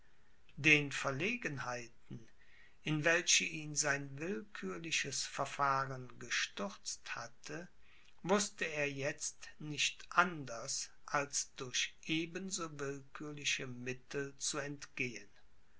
den verlegenheiten in welche ihn sein willkürliches verfahren gestürzt hatte wußte er jetzt nicht anders als durch eben so willkürliche mittel zu entgehen